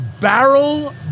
Barrel